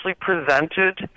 presented